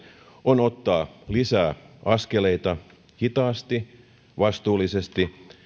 on ottaa lisää askeleita hitaasti vastuullisesti